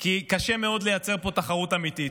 כי קשה מאוד לייצר פה תחרות אמיתית,